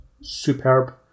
superb